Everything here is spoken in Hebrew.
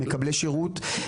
מקבלי שירות,